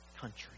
country